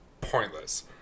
pointless